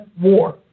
war